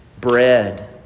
Bread